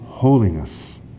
Holiness